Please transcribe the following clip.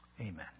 Amen